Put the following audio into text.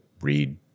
read